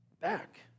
back